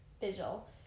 Vigil